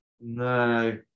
No